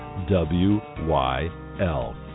W-Y-L